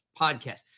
Podcast